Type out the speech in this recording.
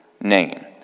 name